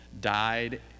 died